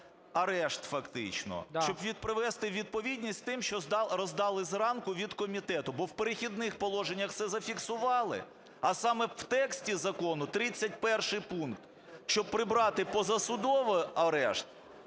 арешт фактично, щоб привести у відповідність з тим, що роздали зранку від комітету. Бо в Перехідних положеннях це зафіксували, а саме в тексті закону 31 пункт, щоб прибрати позасудовий арешт,